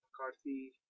McCarthy